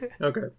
okay